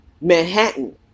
Manhattan